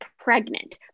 pregnant